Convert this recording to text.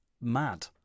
mad